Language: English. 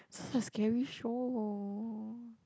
so it's a scary show